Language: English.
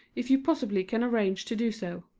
if you possibly can arrange to do so.